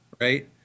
right